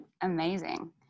amazing